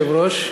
תתביישו אתם,